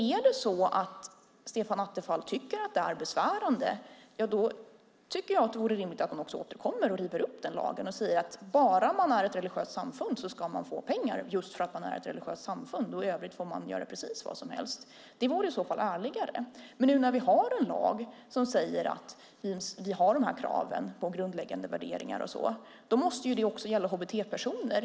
Är det så att Stefan Attefall tycker att detta är besvärande vore det rimligt om han återkom, rev upp den lagen och sade att bara man är ett religiöst samfund ska man få pengar och att man i övrigt får göra precis vad som helst. Det vore i så fall ärligare. Men nu när vi har en lag med de här kraven på grundläggande värderingar måste det gälla också hbt-personer.